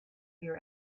your